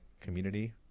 community